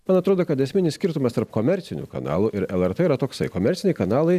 man atrodo kad esminis skirtumas tarp komercinių kanalų ir lrt yra toksai komerciniai kanalai